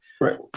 Right